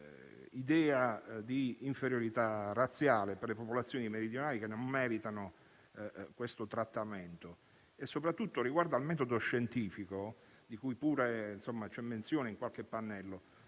l'idea di inferiorità razziale per le popolazioni meridionali che non meritano un simile trattamento. Soprattutto, riguardo al metodo scientifico, di cui pure c'è menzione in qualche pannello,